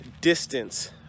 distance